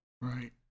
Right